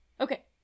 Okay